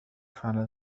فعل